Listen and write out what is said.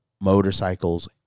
motorcycles